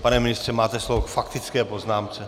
Pane ministře, máte slovo k faktické poznámce.